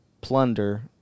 plunder